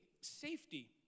safety